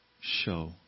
show